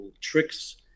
tricks